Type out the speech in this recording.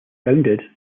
bounded